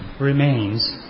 remains